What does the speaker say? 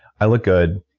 i look good.